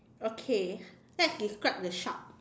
okay let's describe the shark